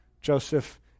Joseph